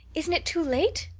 isn't it too late?